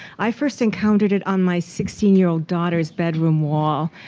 i first encountered it on my sixteen year old daughter's bedroom wall.